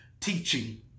teaching